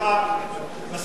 מספיק זמן.